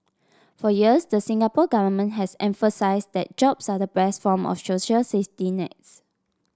for years the Singapore Government has emphasised that jobs are the best form of social safety nets